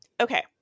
Okay